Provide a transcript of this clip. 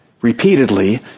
repeatedly